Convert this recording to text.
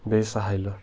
بیٚیہِ ساحلہٕ